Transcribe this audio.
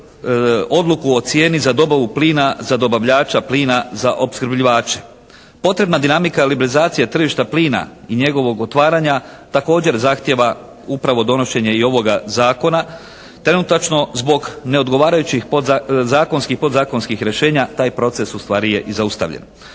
odluku o cijeni za dobavu plina za dobavljača plina, za opskrbljivače. Potrebna dinamika i liberalizacija tržišta plina i njegovog otvaranja također zahtijeva upravo donošenje i ovoga zakona, trenutačno zbog neodgovarajućih zakonskih i podzakonskih rješenja taj proces ustvari je i zaustavljen.